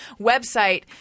website